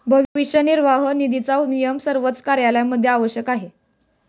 भविष्य निर्वाह निधीचा नियम सर्वच कार्यालयांमध्ये आवश्यक आहे